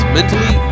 Mentally